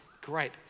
great